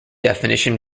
definition